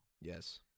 Yes